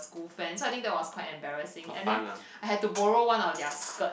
school fence so I think that was quite embarrassing and then I had to borrow one of their skirts